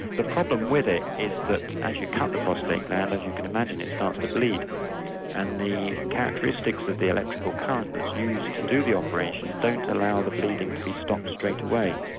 the problem with it is that as you cut the prostate gland, as you can imagine it starts to bleed and the characteristics of the electrical current that's used to do the operation don't allow the bleeding to be stopped straight away,